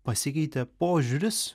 pasikeitė požiūris